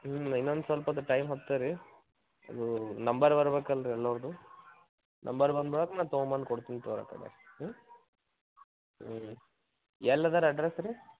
ಹ್ಞೂ ಇನ್ನೊಂದು ಸೊಲ್ಪ ಟೈಮ್ ಹೋಗತ್ತೆ ರೀ ಅದು ನಂಬರ್ ಬರ್ಬೇಕಲ್ಲ ರೀ ಎಲ್ಲರ್ದೂ ನಂಬರ್ ಬಂದ ಮ್ಯಾಲ್ ನಾ ತಗೋಬಂದು ಕೊಡ್ತೀನಿ ತೊಗೋ ರಿ ಅಕ್ಕಾವ್ರೇ ಹ್ಞೂ ಹ್ಞೂ ಎಲ್ಲದರ್ ಅಡ್ರಸ್ ರೀ